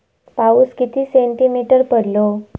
पाऊस किती सेंटीमीटर पडलो?